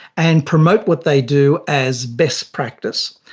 and promote what they do as best practice.